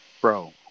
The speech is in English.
Bro